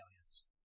Aliens